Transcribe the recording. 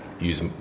use